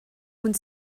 und